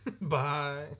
Bye